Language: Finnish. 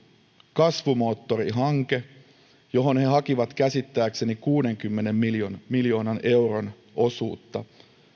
kasvumoottorihanke johon he he hakivat käsittääkseni kuudenkymmenen miljoonan miljoonan euron osuutta